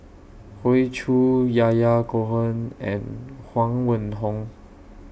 Hoey Choo Yahya Cohen and Huang Wenhong